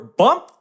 bump